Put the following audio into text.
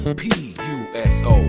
P-U-S-O